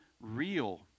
real